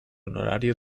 honorario